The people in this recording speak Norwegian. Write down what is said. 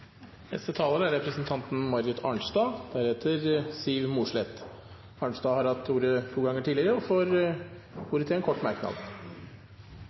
Representanten Marit Arnstad har hatt ordet to ganger tidligere og får ordet til en kort merknad,